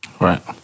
Right